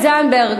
זנדברג,